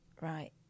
Right